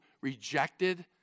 rejected